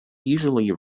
usually